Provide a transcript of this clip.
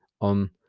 on